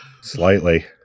Slightly